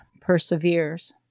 perseveres